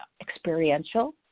experiential